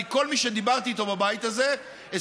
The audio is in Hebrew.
כי כל מי שדיברתי איתו בבית הזה הסכים